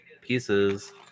pieces